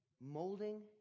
molding